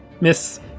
Miss